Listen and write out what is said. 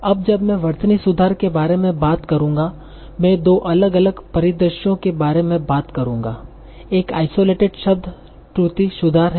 अब जब मैं वर्तनी सुधार के बारे में बात करूंगा मैं दो अलग अलग परिदृश्यों के बारे में बात करूंगा एक आइसोलेटेड शब्द त्रुटि सुधार है